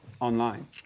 online